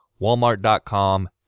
walmart.com